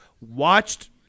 watched